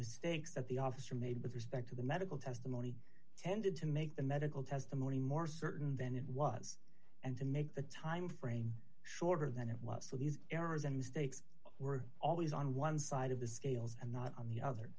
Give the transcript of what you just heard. mistakes at the office are made with respect to the medical testimony tended to make the medical testimony more certain than it was and to make the time frame shorter than it was for these errors and mistakes were always on one side of the scales and not on the other